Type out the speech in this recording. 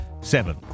Seven